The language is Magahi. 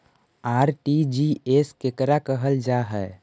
आर.टी.जी.एस केकरा कहल जा है?